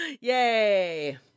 yay